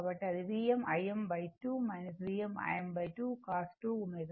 కాబట్టి ఇది Vm Im2 Vm Im2 cos 2 ω t